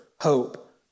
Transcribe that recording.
hope